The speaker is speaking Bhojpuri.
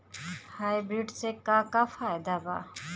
हाइब्रिड से का का फायदा बा?